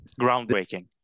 Groundbreaking